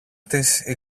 της